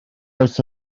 oes